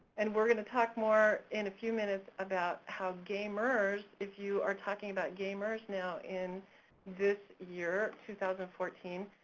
and we're gonna talk more in a few minutes about how gamers, if you are talking about gamers now in this year, two thousand and fourteen,